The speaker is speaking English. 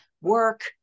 work